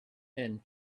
and